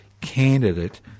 candidate